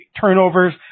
turnovers